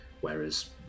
Whereas